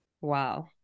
Wow